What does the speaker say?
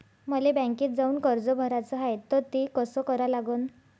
मले बँकेत जाऊन कर्ज भराच हाय त ते कस करा लागन?